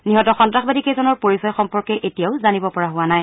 নিহত সন্ত্ৰাসবাদীকেইজনৰ পৰিচয় সম্পৰ্কে এতিয়াও জানিব পৰা হোৱা নাই